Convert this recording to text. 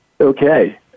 Okay